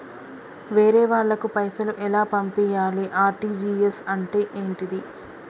వేరే వాళ్ళకు పైసలు ఎలా పంపియ్యాలి? ఆర్.టి.జి.ఎస్ అంటే ఏంటిది?